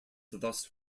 thus